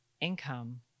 income